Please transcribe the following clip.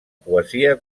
poesia